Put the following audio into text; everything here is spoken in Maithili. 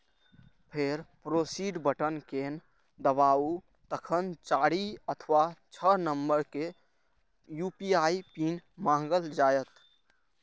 फेर प्रोसीड बटन कें दबाउ, तखन चारि अथवा छह नंबर के यू.पी.आई पिन मांगल जायत